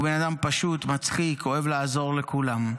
הוא בן אדם פשוט, מצחיק, אוהב לעזור לכולם.